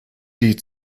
die